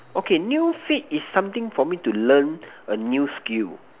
okay new fate is something for me to learn a new skill